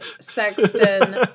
sexton